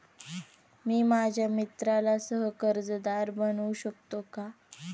मी माझ्या मित्राला सह कर्जदार बनवू शकतो का?